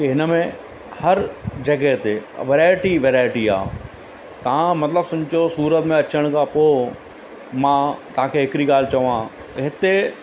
की हिन में हर जॻहि ते वैरायटी वैरायटी आहे तव्हां मतिलबु सम्झो सूरत में अचण खां पोइ मां तव्हांखे हिकिड़ी ॻाल्हि चवां हिते